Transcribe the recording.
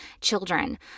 children